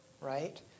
right